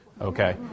okay